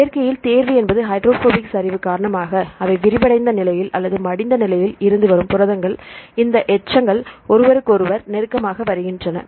இயற்கையில் தேர்வு என்பது ஹைட்ரோபோபிக் சரிவு காரணமாக அவை விரிவடைந்த நிலையில் அல்லது மடிந்த நிலையில் இருந்து வரும் புரதங்கள் இந்த எச்சங்கள் ஒருவருக்கொருவர் நெருக்கமாக வருகின்றன